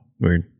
weird